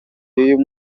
y’uyu